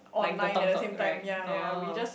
like the talk talk right orh